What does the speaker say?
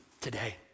today